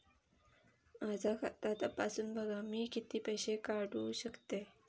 माझा खाता तपासून बघा मी किती पैशे काढू शकतय?